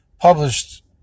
published